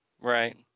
Right